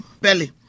belly